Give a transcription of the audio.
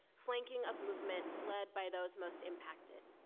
flanking of movements led by those most impacted.